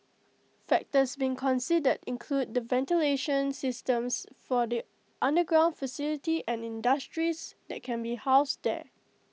factors being considered include the ventilation systems for the underground facility and the industries that can be housed there